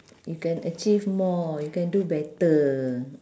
you can achieve more you can do better